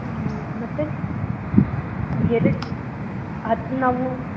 ಹ್ಞೂ ಮತ್ತೆ ಎರಡು ಹತ್ತು ನಾವು